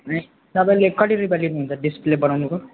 तपाईँले कति रुपियाँ लिनुहुन्छ डिस्प्ले बनाउनुको